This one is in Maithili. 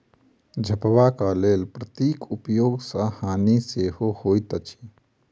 झपबाक लेल पन्नीक उपयोग सॅ हानि सेहो होइत अछि